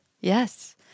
Yes